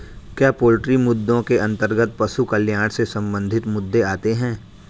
क्या पोल्ट्री मुद्दों के अंतर्गत पशु कल्याण से संबंधित मुद्दे आते हैं?